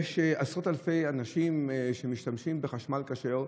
יש עשרות אלפי אנשים שמשתמשים בחשמל כשר,